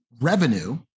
revenue